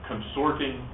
Consorting